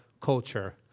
culture